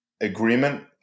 agreement